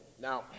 Now